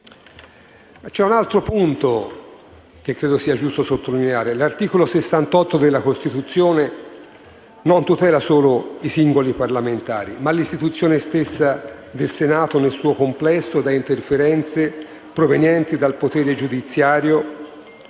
C'è un altro punto che credo sia giusto sottolineare: l'articolo 68 della Costituzione non tutela solo i singoli parlamentari, ma l'istituzione stessa del Senato, nel suo complesso, da interferenze provenienti dal potere giudiziario